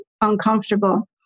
uncomfortable